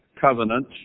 covenant